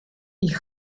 ich